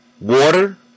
water